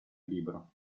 libro